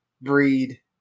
breed